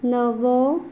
नवो